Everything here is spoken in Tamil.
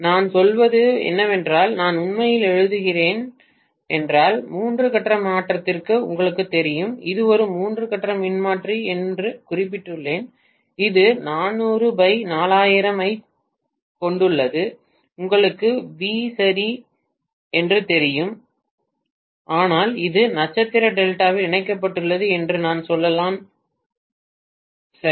நான் சொல்வது என்னவென்றால் நான் உண்மையில் எழுதுகிறேன் என்றால் மூன்று கட்ட மாற்றத்திற்காக உங்களுக்குத் தெரியும் இது ஒரு மூன்று கட்ட மின்மாற்றி என்று குறிப்பிட்டுள்ளேன் இது ஐக் கொண்டுள்ளது உங்களுக்கு வி சரி என்று தெரியும் ஆனால் இது நட்சத்திர டெல்டாவில் இணைக்கப்பட்டுள்ளது இது என்று சொல்லலாம் என்ன கொடுத்தது சரி